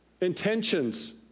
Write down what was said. intentions